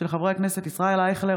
של חברי הכנסת ישראל אייכלר,